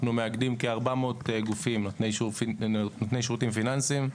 אנחנו מאגדים כ-400 גופים נותני שירותים פיננסיים,